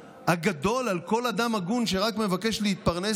הגדול על כל אדם הגון שרק מבקש להתפרנס,